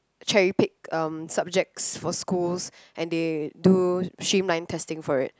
cherry pick um subjects for schools and they do streamline testing for it